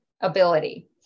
ability